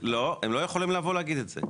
לא, הם לא יכולים לבוא להגיד את זה.